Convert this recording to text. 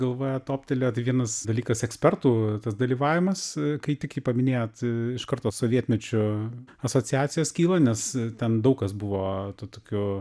galvoje toptelėjo tai vienas dalykas ekspertų tas dalyvavimas kai tik ji paminėjot iš karto sovietmečio asociacijos kyla nes ten daug kas buvo tuo tokiu